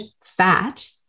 fat